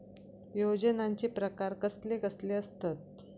योजनांचे प्रकार कसले कसले असतत?